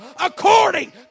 according